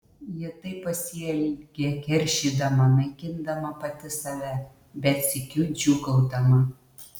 ji taip pasielgė keršydama naikindama pati save bet sykiu džiūgaudama